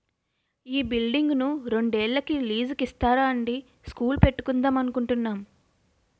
ఈ బిల్డింగును రెండేళ్ళకి లీజుకు ఇస్తారా అండీ స్కూలు పెట్టుకుందాం అనుకుంటున్నాము